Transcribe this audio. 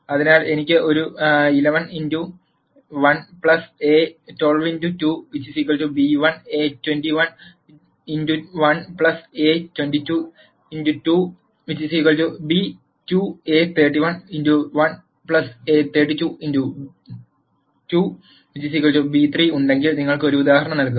അതിനാൽ എനിക്ക് ഒരു 11x1 a12x2 b1 a21x1 a22x2 b2 a31x1 a32x2 b3 ഉണ്ടെങ്കിൽ നിങ്ങൾക്ക് ഒരു ഉദാഹരണം നൽകുക